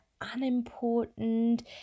unimportant